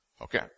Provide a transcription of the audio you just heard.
Okay